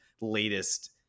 latest